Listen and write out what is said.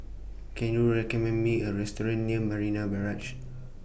Can YOU recommend Me A Restaurant near Marina Barrage